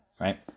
right